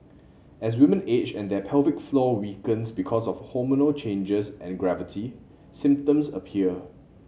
as women age and their pelvic floor weakens because of hormonal changes and gravity symptoms appear